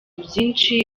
byinshi